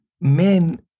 men